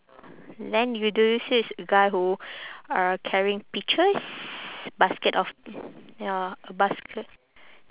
then you do you see this guy who uh carrying peaches basket of ya a basket